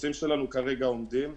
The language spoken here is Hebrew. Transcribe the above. המטוסים שלנו כרגע עומדים,